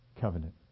covenant